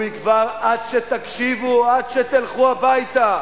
הוא יגבר עד שתקשיבו, עד שתלכו הביתה.